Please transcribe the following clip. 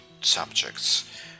subjects